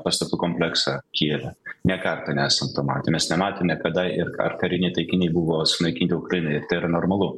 pastatų kompleksą kijeve ne kartą neesam to matę mes nematėme kada ir ar kariniai taikiniai buvo sunaikinti ukrainoje tai yra normalu